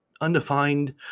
undefined